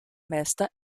meister